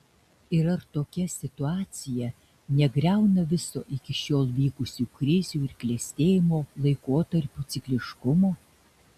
ir ar tokia situacija negriauna viso iki šiol vykusių krizių ir klestėjimo laikotarpių cikliškumo